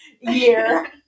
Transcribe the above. year